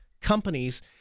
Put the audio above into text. companies